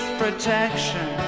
protection